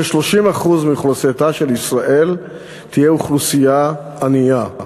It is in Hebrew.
ש-30% מאוכלוסייתה של ישראל תהיה אוכלוסייה ענייה.